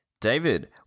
david